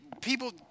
people